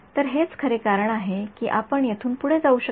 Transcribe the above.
तर हेच खरे कारण आहे की आपण येथून पुढे जाऊ शकत नाही